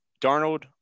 Darnold